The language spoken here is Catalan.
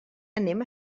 anem